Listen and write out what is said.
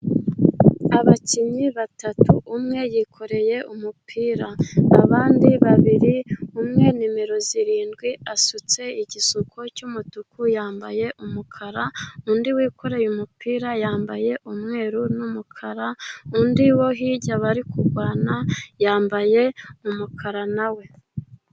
Abakinnyi batatu, umwe yikoreye umupira, abandi babiri umwe nimero zirindwi asutse igisuko cy'umutuku, yambaye umukara, undi wikoreye umupira yambaye umweru n'umukara, undi wo hirya bari kurwana, yambaye umukara na we.